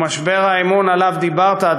ומשבר האמון שעליו דיברת,